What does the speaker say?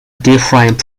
different